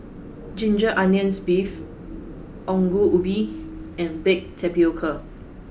ginger onions beef ongol ubi and baked tapioca